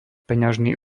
peňažný